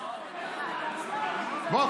בוא,